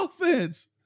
offense